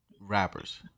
rappers